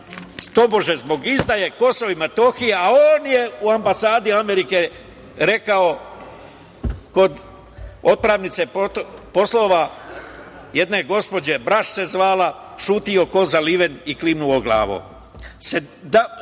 tobože zbog izdaje Kosova i Metohije, a on je u ambasadi Amerike rekao kod otpravnice poslova, jedne gospođe Braš se zvala, ćutao ko zaliven i klimnuo